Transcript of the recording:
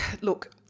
Look